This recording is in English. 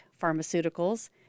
pharmaceuticals